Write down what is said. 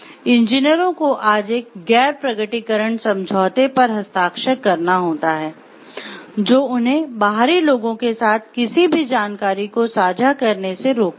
इंजीनियरों को आज एक गैर प्रकटीकरण समझौते पर हस्ताक्षर करना होता है जो उन्हें बाहरी लोगों के साथ किसी भी जानकारी को साझा करने से रोकता है